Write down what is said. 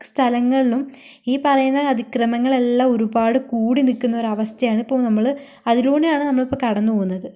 സ്ഥലങ്ങളിലും ഈ പറയുന്ന അതിക്രമങ്ങളെല്ലാം ഒരുപാട് കൂടി നിൽക്കുന്ന ഒരവസ്ഥയാണ് ഇപ്പോൾ നമ്മള് അതിലൂടെയാണ് നമ്മളിപ്പോൾ കടന്നുപോവുന്നത്